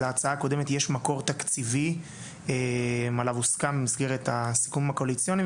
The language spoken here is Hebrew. להצעה הקודמת יש מקור תקציבי עליו הוסכם במסגרת הסיכומים הקואליציוניים,